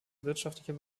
wirtschaftlicher